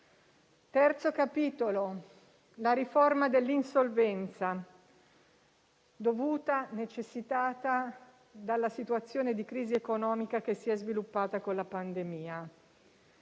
terzo capitolo riguarda la riforma dell'insolvenza dovuta e necessitata dalla situazione di crisi economica che si è sviluppata con la pandemia.